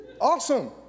Awesome